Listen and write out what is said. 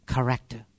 Character